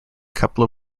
couple